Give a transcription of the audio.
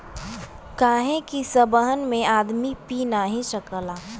काहे कि सबहन में आदमी पी नाही सकला